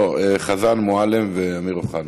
לא, חזן, מועלם ואמיר אוחנה.